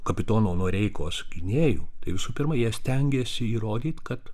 kapitono noreikos gynėjų tai visų pirma jie stengiasi įrodyt kad